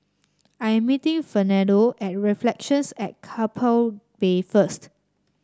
I am meeting Fernando at Reflections at Keppel Bay first